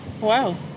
wow